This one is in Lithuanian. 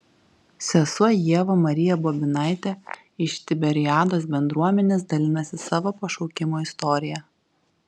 sesuo ieva marija bobinaitė iš tiberiados bendruomenės dalinasi savo pašaukimo istorija